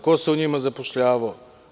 Ko se u njima zapošljavao?